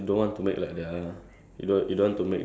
ya like get get out lah from that place